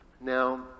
Now